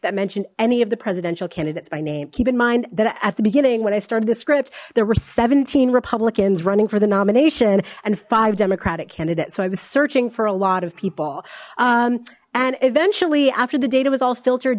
that mention any of the presidential candidates by name keep in mind that at the beginning when i started this script there were seventeen republicans running for the nomination and five democratic canada so i was searching for a lot of people and eventually after the data was all filtered